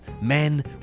men